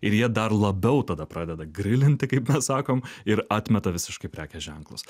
ir jie dar labiau tada pradeda grilinti kaip mes sakom ir atmeta visiškai prekės ženklus